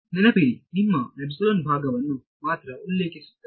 ನೆನಪಿಡಿ ನಿಮ್ಮ ಭಾಗವನ್ನು ಮಾತ್ರ ಉಲ್ಲೇಖಿಸುತ್ತಿದೆ